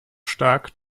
stark